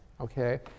Okay